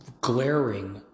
glaring